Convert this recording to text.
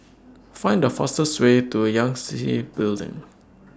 Find The fastest Way to Yangtze Building